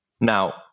Now